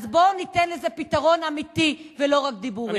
אז בואו ניתן לזה פתרון אמיתי, ולא רק דיבורים.